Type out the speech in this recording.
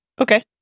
Okay